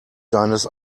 seines